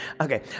Okay